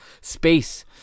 space